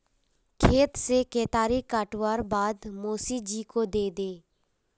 खेत से केतारी काटवार बाद मोसी जी को दे दे